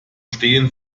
stehen